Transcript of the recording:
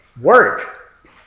Work